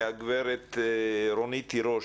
מהגב' רונית תירוש,